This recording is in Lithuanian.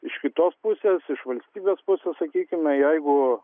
iš kitos pusės iš valstybės pusės sakykime jeigu